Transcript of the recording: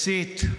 מסית,